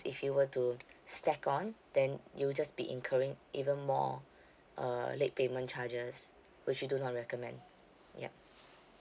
if you were to stack on then you'll just be incurring even more uh late payment charges which we do not recommend ya